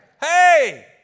Hey